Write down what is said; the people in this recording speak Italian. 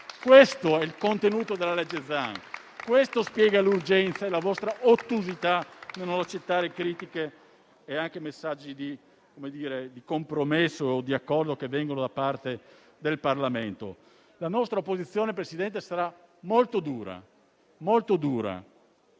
Questo è il contenuto del disegno di legge Zan e questo spiega l'urgenza e la vostra ottusità nel non accettare critiche e anche messaggi di compromesso o di accordo provenienti dal resto del Parlamento. La nostra opposizione, signor Presidente, sarà molto dura, perché